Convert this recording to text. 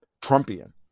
Trumpian